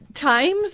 times